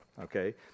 Okay